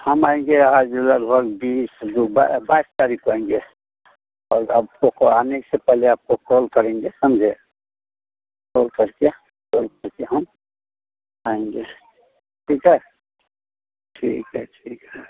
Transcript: हम आएँगे आज लगभग बीस जो बाईस तारीख़ को आएँगे और अपको आने से पहेले आपको कॉल करेंगे समझे कॉल करके कॉल करके हम आएँगे ठीक है ठीक है ठीक है